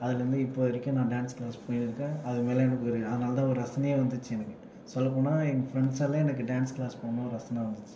அதுலேருந்து இப்போது வரைக்கும் நான் டான்ஸ் கிளாஸ் போய்னு இருக்கேன் அது மேலே எனக்கு அதனாலதா ஒரு ரசனையே வந்துச்சு எனக்கு சொல்லப்போனால் என் ஃப்ரெண்ட்ஸ்ஸால் எனக்கு டான்ஸ் கிளாஸ் போகணுன்னு ரசனை வந்துச்சு